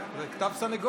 כן, זה כתב סנגוריה.